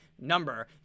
number